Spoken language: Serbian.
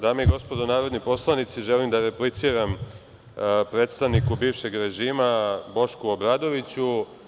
Dame i gospodo narodni poslanici, želim da repliciram predstavniku bivšeg režima Bošku Obradoviću.